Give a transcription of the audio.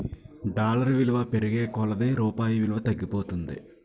dollar విలువ పెరిగే కొలది రూపాయి విలువ తగ్గిపోతుంది